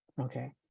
okay